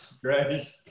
Great